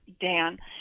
Dan